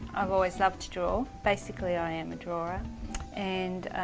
i've always loved to draw. basically i am a drawer and,